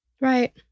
Right